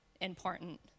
important